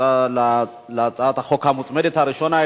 להצעת החוק המוצמדת הראשונה,